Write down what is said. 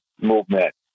movement